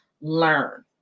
learn